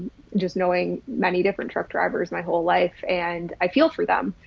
just knowing many different truck drivers my whole life. and i feel for them.